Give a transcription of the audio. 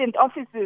offices